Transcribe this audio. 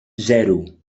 zero